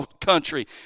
country